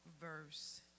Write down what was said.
verse